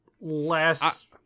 less